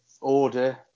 order